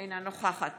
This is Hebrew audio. אינה נוכחת